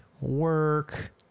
work